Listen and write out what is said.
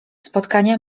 spotkania